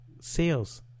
sales